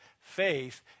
Faith